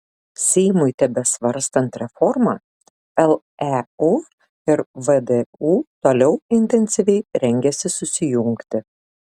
seimui tebesvarstant reformą leu ir vdu toliau intensyviai rengiasi susijungti